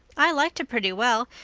i liked it pretty well.